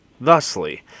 Thusly